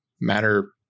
matter